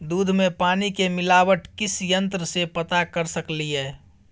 दूध में पानी के मिलावट किस यंत्र से पता कर सकलिए?